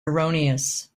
erroneous